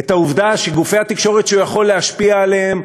את העובדה שגופי התקשורת שהוא יכול להשפיע עליהם,